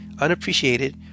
unappreciated